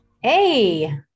Hey